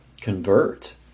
convert